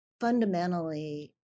fundamentally